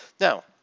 Now